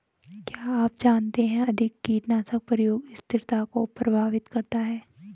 क्या आप जानते है अधिक कीटनाशक प्रयोग स्थिरता को प्रभावित करता है?